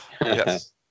Yes